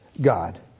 God